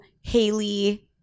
Haley